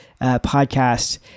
podcast